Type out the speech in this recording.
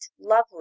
lovely